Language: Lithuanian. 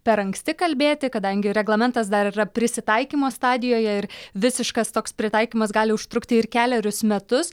per anksti kalbėti kadangi reglamentas dar yra prisitaikymo stadijoje ir visiškas toks pritaikymas gali užtrukti ir kelerius metus